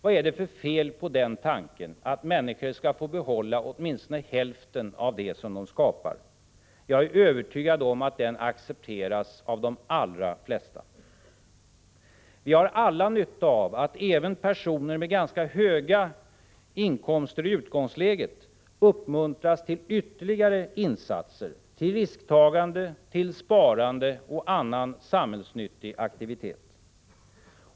Vad är det för fel på den tanken, att människor skall få behålla åtminstone hälften av vad de skapar? Jag är övertygad om att den accepteras av de allra flesta. Vi har alla nytta av att även personer med ganska höga inkomster i utgångsläget uppmuntras till ytterligare insatser, till risktagande, sparande och annan samhällsnyttig aktivitet.